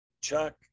Chuck